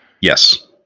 Yes